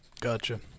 Gotcha